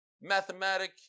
mathematic